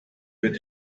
wird